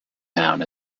town